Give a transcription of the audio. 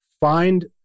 find